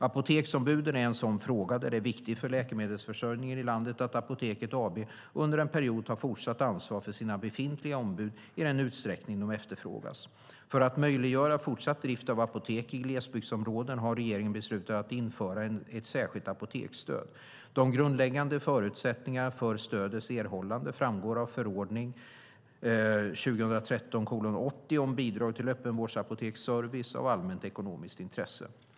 Apoteksombuden är en sådan fråga där det är viktigt för läkemedelsförsörjningen i landet att Apoteket AB under en period tar fortsatt ansvar för sina befintliga ombud, i den utsträckning de efterfrågas. För att möjliggöra fortsatt drift av apotek i glesbygdsområden har regeringen beslutat att införa ett särskilt apoteksstöd. De grundläggande förutsättningarna för stödets erhållande framgår av förordning om bidrag till öppenvårdsapoteksservice av allmänt ekonomiskt intresse.